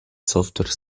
software